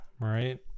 right